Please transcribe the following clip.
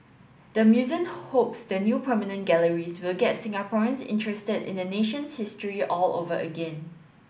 the museum hopes the new permanent galleries will get Singaporeans interested in the nation's history all over again